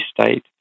state